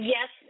Yes